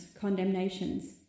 condemnations